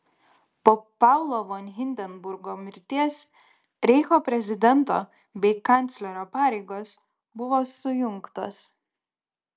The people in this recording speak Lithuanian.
po paulo von hindenburgo mirties reicho prezidento bei kanclerio pareigos buvo sujungtos